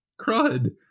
crud